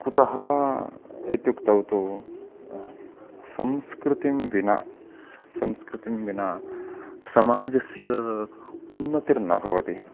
कुतः इत्युक्तौ तु संस्कृतिं विना संस्कृतिं विना समाजस्य उन्नतिर्न भवति